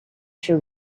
she